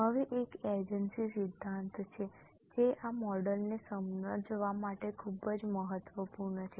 હવે એક એજન્સી સિદ્ધાંત છે જે આ મોડેલને સમજવા માટે ખૂબ જ મહત્વપૂર્ણ છે